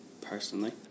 personally